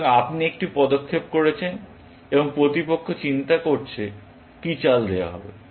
সুতরাং আপনি একটি পদক্ষেপ করেছেন এবং প্রতিপক্ষ চিন্তা করছে কি চাল দেওয়া হবে